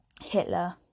Hitler